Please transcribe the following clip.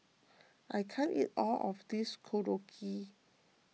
I can't eat all of this Korokke